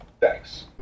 Thanks